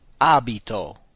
abito